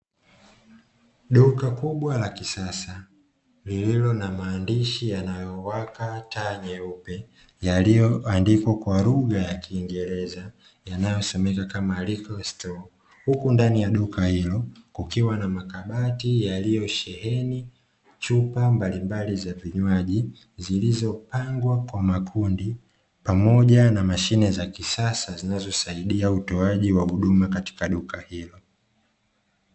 Duka kubwa la kisasa lililo na maandishi yanayowaka taa nyeupe, yaliyoandikwa kwa lugha ya kiingereza yanayosomeka kama "LIQUOR STORE", huku ndani ya duka hilo kukiwa na makabati yaliyosheheni chupa mbalimbali za vinywaji zilizopangwa kwa makundi pamoja na mashine za kisasa zinazosaidia utoaji wa huduma katika duka hilo.